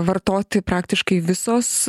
vartoti praktiškai visos